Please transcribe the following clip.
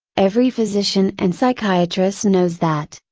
every physician and psychiatrist knows that,